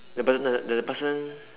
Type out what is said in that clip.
the person doesn't' the person